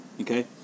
Okay